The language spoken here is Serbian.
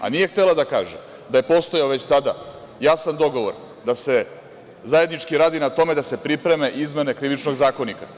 Nije htela da kaže da je postojao već tada jasan dogovor da se zajednički radi na tome da se pripreme izmene Krivičnog zakonika.